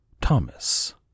Thomas